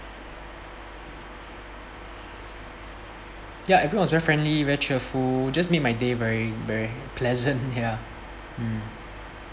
ya everyone was very friendly very cheerful just made my day very very pleasant ya mm